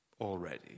already